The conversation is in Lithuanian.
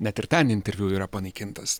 net ir ten interviu yra panaikintas